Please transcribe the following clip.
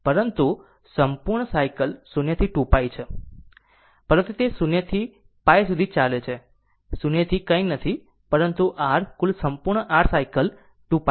પરંતુ સંપૂર્ણ સાયકલ 0 થી 2π છે પરંતુ તે 0 to π સુધી ચાલે છે 0 સુધી કંઈ નથી પરંતુ r કુલ r સંપૂર્ણ સાયકલ 2π છે